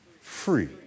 free